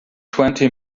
twenty